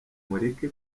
mureke